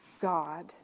God